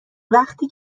وقتی